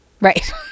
Right